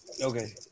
Okay